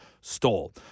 stole